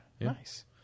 Nice